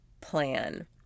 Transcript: plan